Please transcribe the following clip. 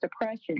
depression